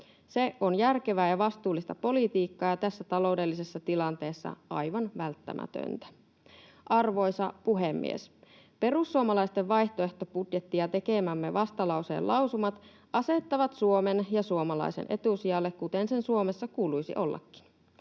Se on järkevää ja vastuullista politiikkaa ja tässä taloudellisessa tilanteessa aivan välttämätöntä. Arvoisa puhemies! Perussuomalaisten vaihtoehtobudjetti ja tekemämme vastalauseen lausumat asettavat Suomen ja suomalaisen etusijalle, kuten sen Suomessa kuuluisi ollakin.